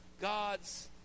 God's